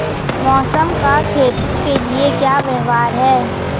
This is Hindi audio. मौसम का खेतों के लिये क्या व्यवहार है?